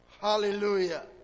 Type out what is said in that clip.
Hallelujah